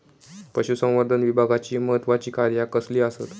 पशुसंवर्धन विभागाची महत्त्वाची कार्या कसली आसत?